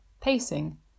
pacing